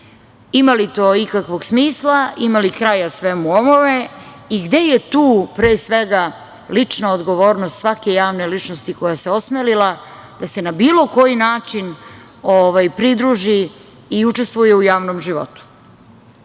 Ima li to ikakvog smisla? Ima li kraja svemu ovome i gde je tu pre svega lična odgovornost svake javne ličnosti koja se osmelila da se na bilo koji način pridruži i učestvuje u javnom životu? Nekada